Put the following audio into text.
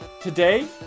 Today